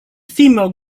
female